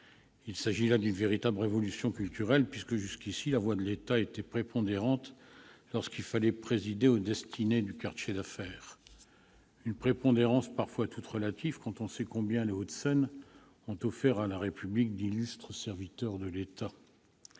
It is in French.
Il s'agit là d'une véritable révolution culturelle puisque, jusqu'à présent, la voix de l'État était prépondérante lorsqu'il fallait présider aux destinées du quartier d'affaires. Une prépondérance parfois toute relative, quand on sait combien les Hauts-de-Seine ont offert à la République d'illustres serviteurs de l'État.